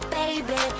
baby